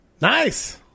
Nice